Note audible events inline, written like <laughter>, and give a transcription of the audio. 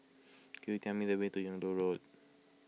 could you tell me the way to Yung Loh Road <noise>